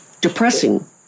depressing